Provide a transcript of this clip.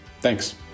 Thanks